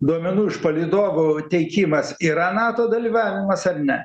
duomenų iš palydovų teikimas yra nato dalyvavimas ar ne